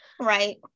Right